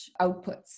outputs